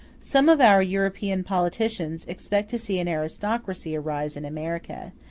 some of our european politicians expect to see an aristocracy arise in america,